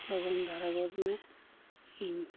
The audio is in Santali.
ᱞᱚᱜᱚᱱ ᱫᱷᱟᱨᱟ ᱜᱚᱫ ᱢᱮ ᱤᱧ